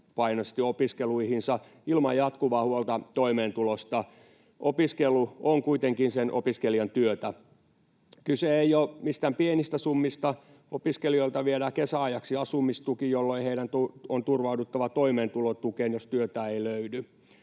täysipainoisesti opiskeluihinsa ilman jatkuvaa huolta toimeentulosta. Opiskelu on kuitenkin opiskelijan työtä. Kyse ei ole mistään pienistä summista. Opiskelijoilta viedään kesän ajaksi asumistuki, jolloin heidän on turvauduttava toimeentulotukeen, jos työtä ei löydy.